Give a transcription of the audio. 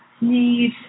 need